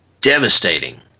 devastating